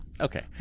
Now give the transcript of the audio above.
Okay